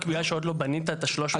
בגלל שעוד לא בנית את ה-300 שנותרו לך?